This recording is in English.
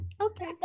Okay